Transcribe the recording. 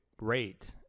rate